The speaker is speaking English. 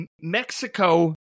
Mexico